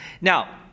Now